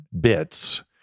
bits